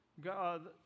God